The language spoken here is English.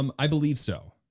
um i believe so.